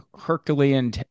Herculean